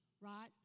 right